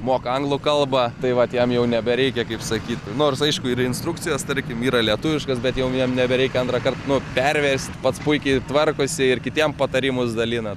moka anglų kalbą tai vat jam jau nebereikia kaip sakyti nors aišku yra instrukcijos tarkim yra lietuviškos bet jau jam nebereikia antrąkart nu perverst pats puikiai tvarkosi ir kitiem patarimus dalina